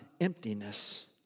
emptiness